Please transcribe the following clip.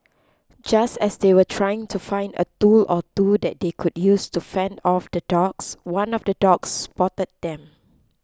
just as they were trying to find a tool or two that they could use to fend off the dogs one of the dogs spotted them